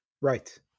Right